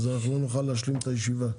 אז אנחנו לא נוכל להשלים את הישיבה.